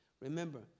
Remember